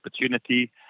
opportunity